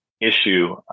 issue